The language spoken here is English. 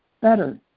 better